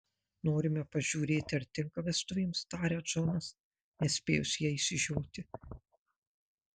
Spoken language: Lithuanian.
norime pažiūrėti ar tinka vestuvėms taria džonas nespėjus jai išsižioti